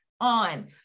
on